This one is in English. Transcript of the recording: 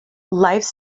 life